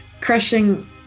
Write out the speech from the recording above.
crushing